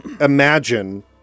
imagine